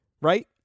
right